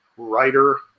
writer